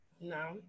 No